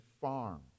farm